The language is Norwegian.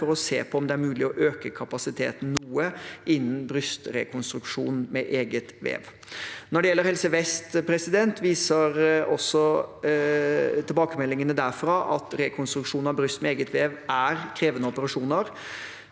for å se på om det er mulig å øke kapasiteten noe innen brystrekonstruksjon med eget vev. Når det gjelder Helse vest, viser også tilbakemeldingene derfra at rekonstruksjon av bryst med eget vev er krevende operasjoner.